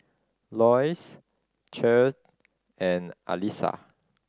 Lois Chet and Alisha